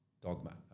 Dogma